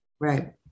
Right